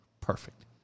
Perfect